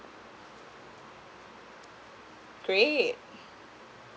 great